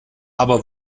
aber